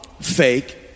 fake